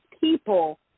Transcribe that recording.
people